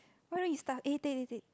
what don't you start eh take take take